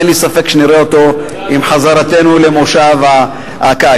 ואין לי ספק שנראה אותו עם חזרתנו למושב הקיץ.